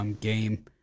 game